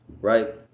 right